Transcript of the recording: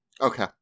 Okay